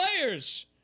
players